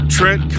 Trent